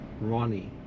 Ronnie